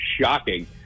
shocking